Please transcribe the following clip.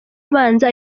abanza